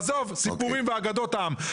עזוב, סיפורים ואגדות עם.